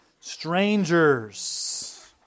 strangers